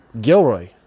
Gilroy